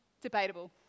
debatable